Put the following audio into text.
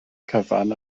cyfan